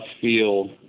feel